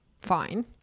fine